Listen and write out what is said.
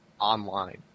online